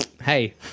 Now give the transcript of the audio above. Hey